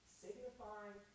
signifying